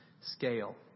scale